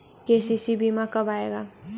KCC बीमा कब आएगा?